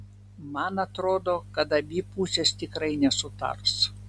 man atrodo kad abi pusės tikrai nesutars